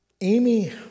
Amy